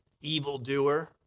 Evildoer